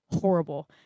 horrible